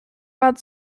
rod